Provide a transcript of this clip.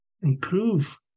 improve